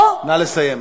או, נא לסיים.